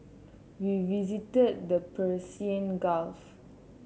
we visited the Persian Gulf